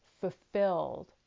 fulfilled